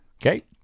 Okay